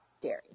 dairy